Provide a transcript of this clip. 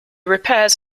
repairs